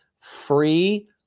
free